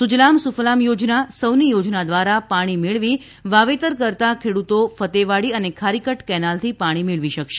સુજલામ સુફલામ યોજના સૌની યોજના દ્વારા પાણી મેળવી વાવેતર કરતાં ખેડૂતો ફતેહવાડી અને ખારીકટ કેનાલથી પાણી મેળવી શકશે